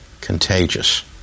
contagious